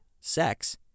sex